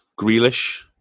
Grealish